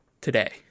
today